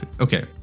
okay